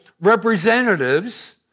representatives